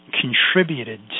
contributed